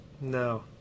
No